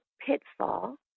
pitfall